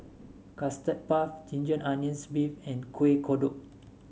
Custard Puff Ginger Onions beef and Kueh Kodok